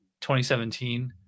2017